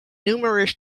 numerous